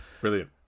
brilliant